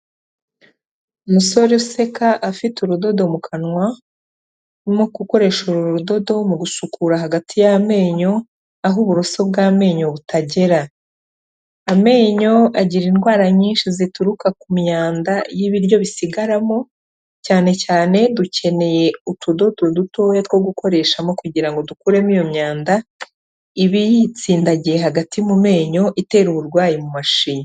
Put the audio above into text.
Umusore useka afite urudodo mu kanwa, urimo gukoresha uru rudodo mu gusukura hagati y'amenyo aho uburoso bw'amenyo butagera. Amenyo agira indwara nyinshi zituruka ku myanda y'ibiryo bisigaramo, cyane cyane dukeneye utudodo dutoya two gukoreshamo kugira ngo dukuremo iyo myanda, iba yitsindagiye hagati mu menyo itera uburwayi mu mashinya.